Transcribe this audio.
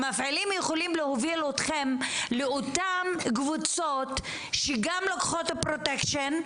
המפעילים יכולים להוביל אתכם לאותן קבוצות שגם לוקחות פרוטקשן,